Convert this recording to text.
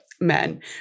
men